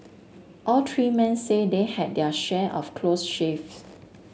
all three men say they had their share of close shaves